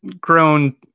grown